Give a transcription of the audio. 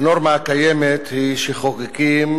הנורמה הקיימת היא שחוקים